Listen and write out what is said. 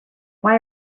why